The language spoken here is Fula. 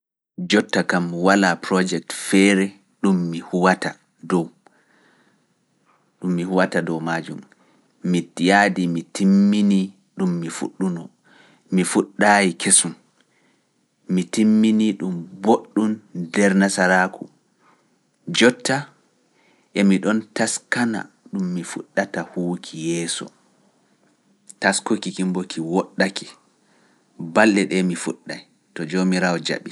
Jotta kam walaa projekt feere ɗum mi huwata dow maajum, mi yaadi mi timmini ɗum mi fuɗɗuno, mi fuɗɗaay kesum, mi timmini ɗum boɗɗum nder Nasaraaku, jotta emi ɗon taskana ɗum mi fuɗɗata huwuki yeeso. Taskuki ki bo ki woɗɗake, balɗe ɗe mi fuɗɗay, to Joomiraawo jaɓi.